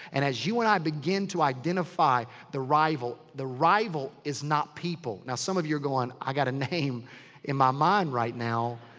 and as you and i begin to identify the rival. the rival is not people. now, some of you are going, i got a name in my mind right now.